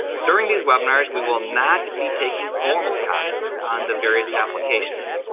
during these webinars, we will not be taking formal comments on the various applications.